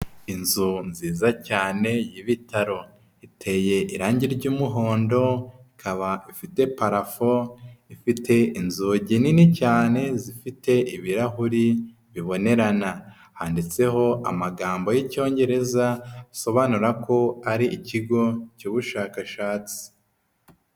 Inzu nziza cyane y'ibitaro iteye irange ry'umuhondo ikaba ifite parafo ifite inzugi nini cyane zifite ibirahure bibonerana handitseho amagambo y'icyongereza asobanura ko ari ikigo cy'ubushakashatsi.